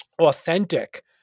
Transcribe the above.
authentic